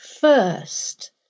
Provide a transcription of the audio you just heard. first